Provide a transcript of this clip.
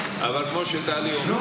אבל כמו שטלי אומרת,